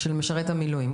של משרת המילואים,